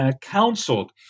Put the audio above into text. Counseled